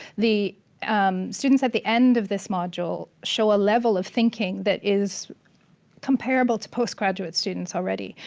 the um students at the end of this module show a level of thinking that is comparable to post-graduate students already.